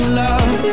love